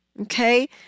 okay